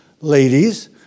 ladies